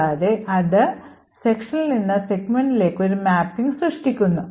കൂടാതെ അത് sectionൽ നിന്ന് സെഗ്മെന്റിലേക്ക് ഒരു മാപ്പിംഗ് സൃഷ്ടിക്കുന്നു